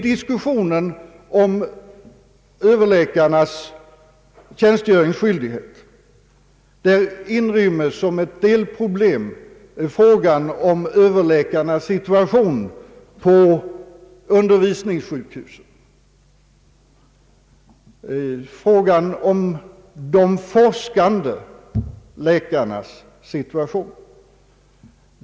Diskussionen om Ööverläkarnas tjänstgöringsskyldighet inrymmer nämligen som ett delproblem frågan om Ööverläkarnas situation på undervisningssjukhus, frågan om de forskande läkarnas situation.